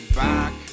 back